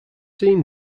seen